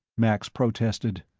max protested.